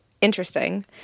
interesting